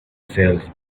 sales